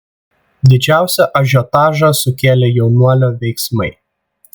didžiausią ažiotažą sukėlė jaunuolio veiksmai